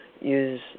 use